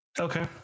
Okay